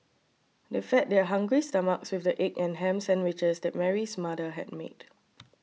they fed their hungry stomachs with the egg and ham sandwiches that Mary's mother had made